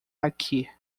aqui